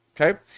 Okay